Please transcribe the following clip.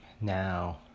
Now